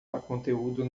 conteúdo